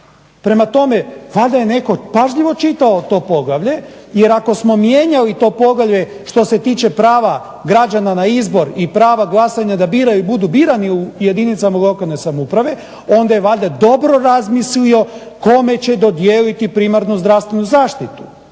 Prema tome, tada je netko pažljivo čitao to poglavlje jer ako smo mijenjali to poglavlje što se tiče prava građana na izbor i prava glasanja da biraju i budu birani u jedinicama lokalne samouprave onda je valjda dobro razmislio kome će dodijeliti primarnu zdravstvenu zaštitu.